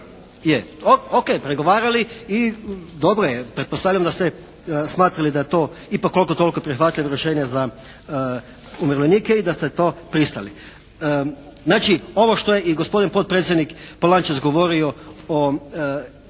Je, o.k. pregovarali i pretpostavljam da ste smatrali da je to ipak koliko toliko prihvatljivo rješenje za umirovljenike i da ste to pristali. Znači, ovo što je i gospodin potpredsjednik Polančec govorio o